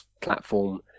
platform